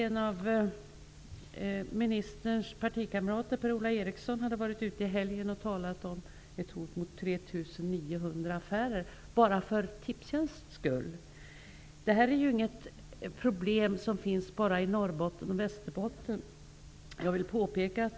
En av ministerns partikamrater Per-Ola Eriksson har i helgen varit ute och talat om ett hot mot 3 900 affärer bara på grund av Tipstjänst planer. Det här problemet finns inte bara i Norrbotten och Västerbotten.